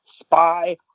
spy